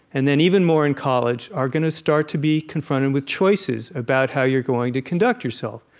and then even more in college, are going to start to be confronted with choices about how you're going to conduct yourself.